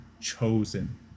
chosen